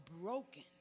broken